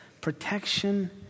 protection